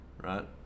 right